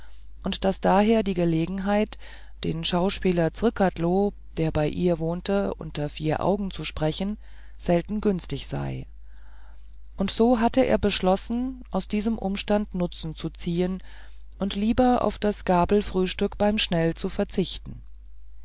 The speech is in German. und daß daher die gelegenheit den schauspieler zrcadlo der bei ihr wohnte unter vier augen zu sprechen selten günstig sei und so hatte er beschlossen aus diesem umstande nutzen zu ziehen und lieber auf das gabelfrühstück beim schnell zu verzichten